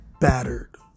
battered